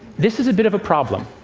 this is a bit of a problem.